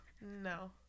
no